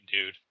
dude